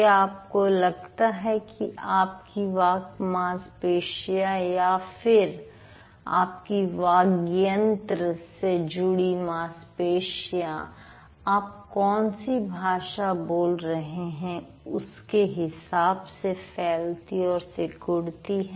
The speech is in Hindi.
क्या आपको लगता है कि आपकी वाक् मांसपेशियां या फिर आपकी वाग्यंत्र से जुड़ी मांसपेशियां आप कौन सी भाषा बोल रहे हैं उसके हिसाब से फैलती और सिकुडती है